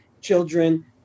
children